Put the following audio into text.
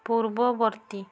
ପୂର୍ବବର୍ତ୍ତୀ